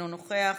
אינו נוכח,